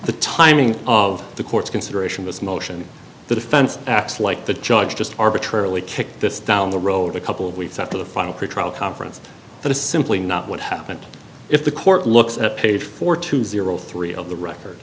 the timing of the court's consideration this motion the defense acts like the judge just arbitrarily kicked this down the road a couple of weeks after the final pretrial conference that is simply not what happened if the court looks at page four to zero three of the record